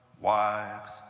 wives